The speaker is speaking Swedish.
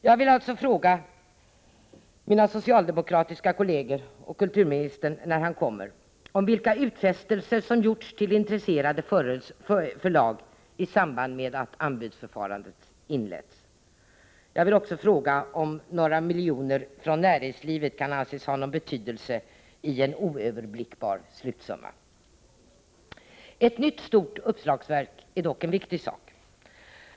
Jag vill alltså fråga mina socialdemokratiska kolleger och kulturministern, när han kommer, om vilka utfästelser som gjorts till intresserade förlag i samband med att anbudsförfarandet inletts. Jag vill också fråga om några miljoner från näringslivet kan anses ha någon betydelse i en oöverblickbar slutsumma. Ett nytt stort uppslagsverk är dock en viktig sak.